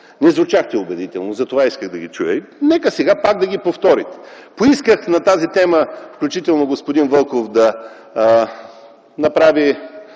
Не звучахте убедително, затова исках да ги чуем, нека сега пак да повторите. Поисках по тази тема, включително господин Вълков да направи